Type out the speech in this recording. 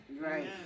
right